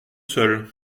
seul